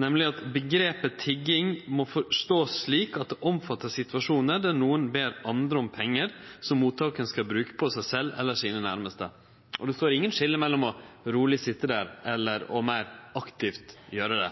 nemleg: «Begrepet tigging må forstås slik at det omfatter situasjoner der noen ber andre om penger som mottakeren skal bruke på seg selv eller sine nærmeste.» Det er ikkje gjort noko skilje mellom stille å sitje der eller aktivt å gjere det.